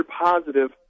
positive